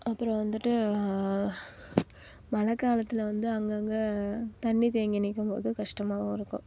அப்புறம் வந்துட்டு மழை காலத்தில் வந்து அங்கங்கே தண்ணி தேங்கி நிற்கும்போது கஷ்டமாகவும் இருக்கும்